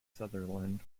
sutherland